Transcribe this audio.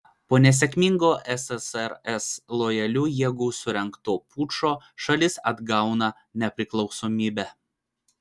po nesėkmingo ssrs lojalių jėgų surengto pučo šalis atgauna nepriklausomybę